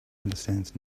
understands